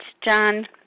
John